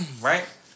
Right